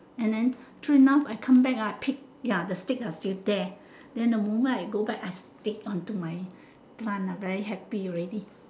and then true enough I come back ah pick ya the stick are still there then the moment I go back I stick onto my plant I very happy already